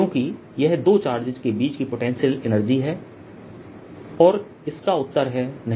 क्योंकि यह दो चार्जेस के बीच की पोटेंशियल एनर्जी है और इसका उत्तर है नहीं